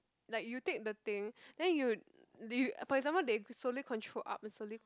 like you take the thing then you would you would for example they slowly control up and slowly